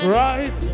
right